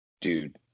dude